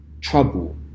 trouble